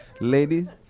Ladies